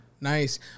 nice